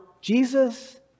Jesus